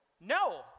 No